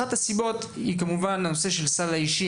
אחת הסיבות היא הנושא של הסל האישי,